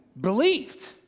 believed